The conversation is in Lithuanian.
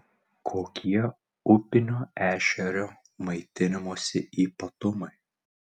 kokie upinio ešerio maitinimosi ypatumai